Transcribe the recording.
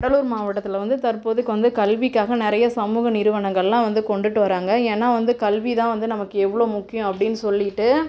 கடலூர் மாவட்டத்தில் வந்து தற்போதைக்கு வந்து கல்விக்காக நிறைய சமூக நிறுவனங்கள்லாம் வந்து கொண்டுட்டு வராங்க ஏன்னா வந்து கல்விதான் வந்து நமக்கு எவ்வளோ முக்கியம் அப்படின்னு சொல்லிட்டு